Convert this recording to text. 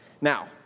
Now